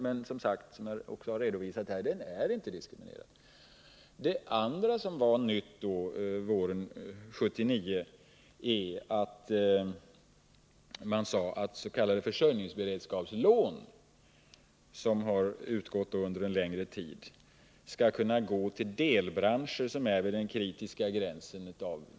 Men som jag har redovisat här är den inte diskriminerad. Det andra som var nytt våren 1979 var att man sade att s.k. försörjningsberedskapslån som av försörjningsberedskapshänsyn har utgått under en längre tid skall kunna gå till delbranscher som är vid den kritiska gränsen.